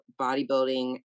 bodybuilding